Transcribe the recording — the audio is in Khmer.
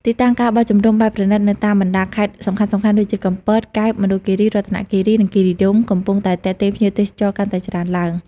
ទីតាំង ការបោះជំរំបែបប្រណីត នៅតាមបណ្តាខេត្តសំខាន់ៗដូចជា កំពត កែប មណ្ឌលគិរី រតនគិរី និងគិរីរម្យ កំពុងតែទាក់ទាញភ្ញៀវទេសចរកាន់តែច្រើនឡើង។